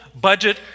budget